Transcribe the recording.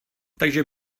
takže